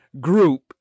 group